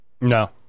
No